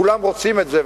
כולם רוצים את זה,